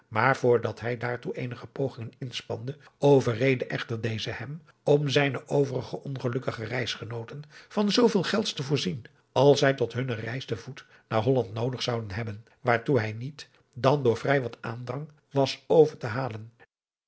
voor dat hij daartoe eenige pogingen inspande overreedde echter deze hem om zijne overige ongelukkige reisgenooten van zooveel gelds te voorzien als zij tot hunne reis te voet naar holland noodig zouden hebben waartoe hij niet dan door vrij wat aandrang was over te halen